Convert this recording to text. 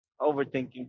overthinking